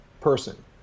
person